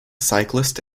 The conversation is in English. cyclists